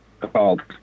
called